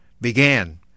began